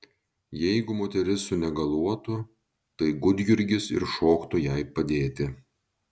jeigu moteris sunegaluotų tai gudjurgis ir šoktų jai padėti